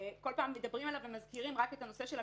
וכל פעם מדברים עליו ומזכירים רק את העניין של הכשרות,